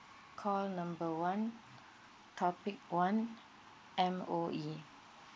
call number one topic one M_O_E